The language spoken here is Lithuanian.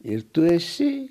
ir tu esi